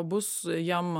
bus jiem